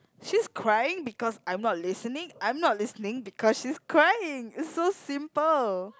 she's crying because I'm not listening I'm not listening because she's crying it's so simple